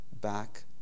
back